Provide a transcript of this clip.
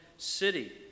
city